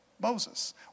Moses